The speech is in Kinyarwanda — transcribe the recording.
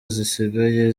zisigaye